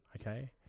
okay